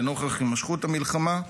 לנוכח הימשכות המלחמה,